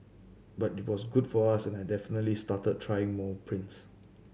but it was good for us and I definitely started trying more prints